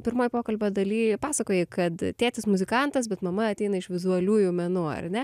pirmoj pokalbio dalį pasakojai kad tėtis muzikantas bet mama ateina iš vizualiųjų menų ar ne